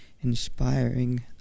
inspiring